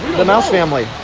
the mouse family